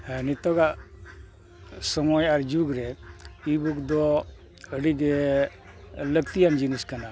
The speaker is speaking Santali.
ᱟᱨ ᱱᱤᱛᱚᱜᱟᱜ ᱥᱚᱢᱚᱭ ᱟᱨ ᱡᱩᱜᱽ ᱨᱮ ᱤᱭᱩᱴᱩᱵᱽ ᱫᱚ ᱟᱹᱰᱤ ᱜᱮ ᱞᱟᱹᱠᱛᱤᱭᱟᱱ ᱡᱤᱱᱤᱥ ᱠᱟᱱᱟ